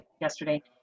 yesterday